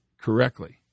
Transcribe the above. correctly